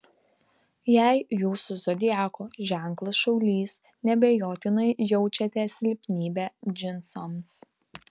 jei jūsų zodiako ženklas šaulys neabejotinai jaučiate silpnybę džinsams